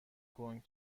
کنگ